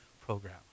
program